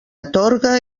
atorga